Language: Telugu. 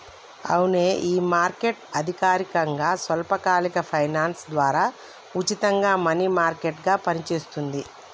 అవునే ఈ మార్కెట్ అధికారకంగా స్వల్పకాలిక ఫైనాన్స్ ద్వారా ఉచితంగా మనీ మార్కెట్ గా పనిచేస్తుంది